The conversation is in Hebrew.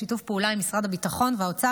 בשיתוף פעולה עם משרד הביטחון והאוצר,